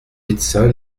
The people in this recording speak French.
médecins